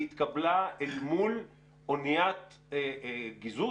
היא התקבלה אל מול אניית גיזוז,